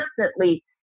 constantly